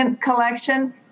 collection